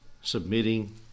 submitting